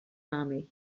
army